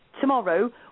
tomorrow